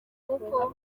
uko